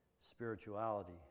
spirituality